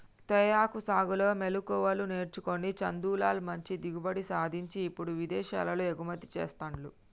తేయాకు సాగులో మెళుకువలు నేర్చుకొని చందులాల్ మంచి దిగుబడి సాధించి ఇప్పుడు విదేశాలకు ఎగుమతి చెస్తాండు